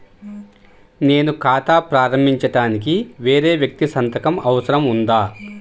నేను ఖాతా ప్రారంభించటానికి వేరే వ్యక్తి సంతకం అవసరం ఉందా?